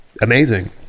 amazing